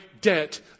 debt